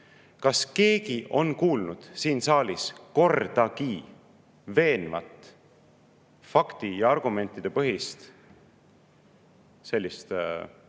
Kas keegi on kuulnud siin saalis kordagi veenvat fakti- ja argumendipõhist käsitlust,